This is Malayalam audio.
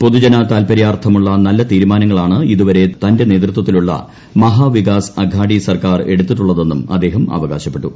പൊതുജന താത്പര്യാർത്ഥമുള്ള നല്ല തീരുമാനങ്ങളാണ് ഇതുവരെ തന്റെ നേതൃത്വത്തിലുള്ള മഹാവികാസ് അഗാഡി സർക്കാർ എടുത്തിട്ടുള്ളതെന്നും അദ്ദേഹം അവകാശപ്പെട്ടു